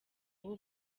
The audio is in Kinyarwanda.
aho